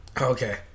Okay